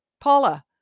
Paula